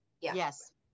Yes